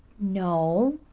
no.